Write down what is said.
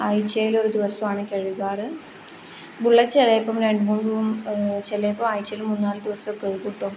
ആഴ്ചയിൽ ഒരു ദിവസമാണ് കഴുകാറ് ബുള്ളറ്റ് ചിലപ്പം രണ്ട് മൂന്നും ചെലപ്പം ആഴ്ചയിൽ മൂന്നുനാല് ദിവസം ഒക്കെ കഴുകും കേട്ടോ